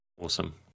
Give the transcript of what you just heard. Awesome